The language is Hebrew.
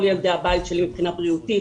בודקים את כל ילדי הבית שלי מבחינה בריאותית,